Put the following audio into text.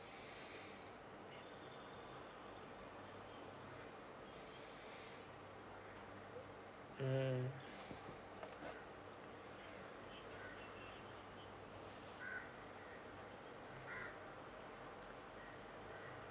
mm